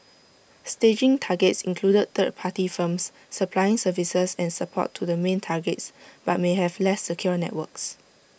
staging targets included third party firms supplying services and support to the main targets but may have less secure networks